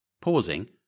Pausing